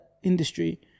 industry